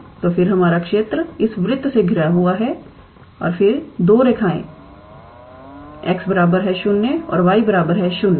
तो फिर हमारा क्षेत्र इस वृत्त से घिरा हुआ है और फिर ये दो रेखाएं x बराबर 0 और y बराबर 0 है